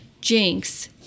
Jinx